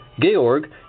Georg